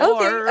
Okay